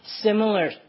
similar